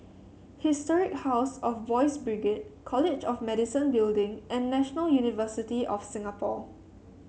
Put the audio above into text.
Historic House of Boys' Brigade College of Medicine Building and National University of Singapore